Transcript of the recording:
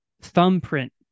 thumbprint